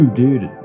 dude